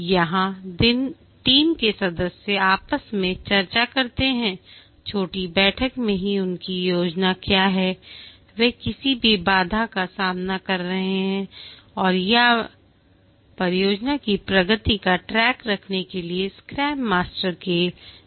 यहां टीम के सदस्य आपस में चर्चा करते हैं छोटी बैठक मैं कि उनकी योजना क्या है वे किसी भी बाधा का सामना कर रहे हैं और यह भी परियोजना की प्रगति का ट्रैक रखने के लिए स्क्रैम मास्टर के लिए एक तरीका है